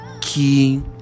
key